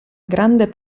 grande